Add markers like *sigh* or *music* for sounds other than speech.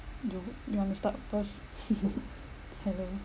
do you do you want to start first *laughs* hello